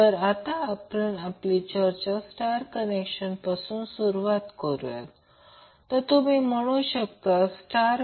तर आता हे सर्व रिलेशन आहेत आणि एक गोष्ट आहे ही गोष्ट लक्षात घ्या की या व्होल्टेजमधील हा अँगल तो फरक 120° असावा हे सर्व पाहिले आहे